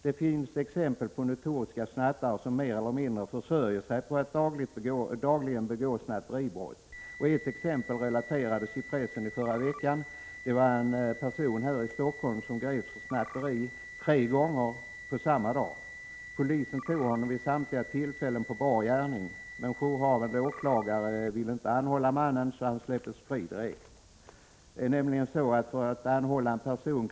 Det finns exempel på notoriska snattare som mer eller mindre försörjer sig på att dagligen begå snatteribrott. Ett exempel relaterades förra veckan i pressen. Det gällde en person här i Stockholm som greps för snatteri tre gånger samma dag. Polisen tog honom vid samtliga tillfällen på bar gärning. Men jourhavande åklagare ville inte anhålla mannen, så mannen släpptes fri direkt. För att anhålla en person krävs det nämligen att brottet kan ge fängelsei = Prot.